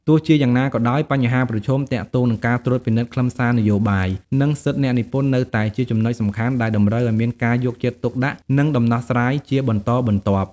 ទោះជាយ៉ាងណាក៏ដោយ បញ្ហាប្រឈមទាក់ទងនឹងការត្រួតពិនិត្យខ្លឹមសារនយោបាយ និងសិទ្ធិអ្នកនិពន្ធនៅតែជាចំណុចសំខាន់ដែលតម្រូវឱ្យមានការយកចិត្តទុកដាក់ និងដំណោះស្រាយជាបន្តបន្ទាប់។